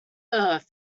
earth